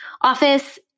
office